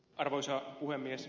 arvoisa puhemies